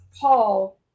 Paul